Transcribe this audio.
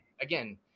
again